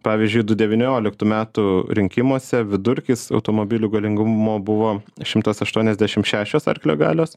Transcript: pavyzdžiui du devynioliktų metų rinkimuose vidurkis automobilių galingumo buvo šimtas aštuoniasdešim šešios arklio galios